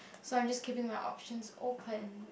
so I am just keeping my options open